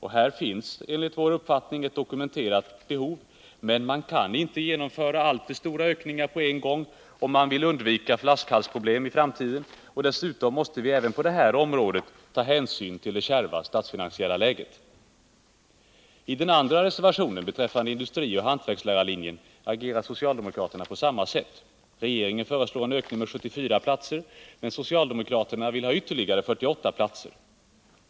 Här finns det, enligt vår uppfattning, ett dokumenterat behov, men man kan inte genomföra alltför stora ökningar på en gång, om man i framtiden vill undvika flaskhalsproblem, och dessutom måste vi även på det här området ta hänsyn till det kärva statsfinansiella läget. I reservation 2 beträffande industrioch hantverkslärarlinjen agerar socialdemokraterna på samma sätt. Regeringen föreslår en ökning med 74 platser, men socialdemokraterna vill ha ytterligare 48 platser.